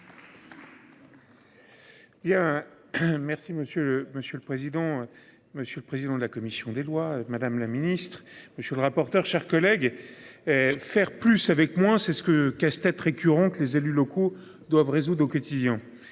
Monsieur le président de la commission des lois. Madame la ministre, monsieur le rapporteur, chers collègues. Faire plus avec moins, c'est ce que casse-tête récurrent que les élus locaux doivent résoudre au quotidien.